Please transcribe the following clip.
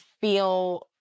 feel